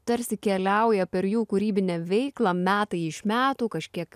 tarsi keliauja per jų kūrybinę veiklą metai iš metų kažkiek